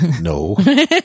no